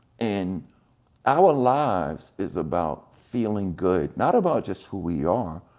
and our lives is about feeling good, not about just who we are,